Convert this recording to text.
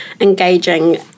engaging